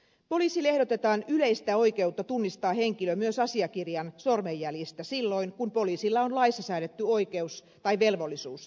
poliisille ehdotetaan yleistä oikeutta tunnistaa henkilö myös asiakirjan sormenjäljistä silloin kun poliisilla on laissa säädetty oikeus tai velvollisuus tunnistaa henkilö